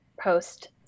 post-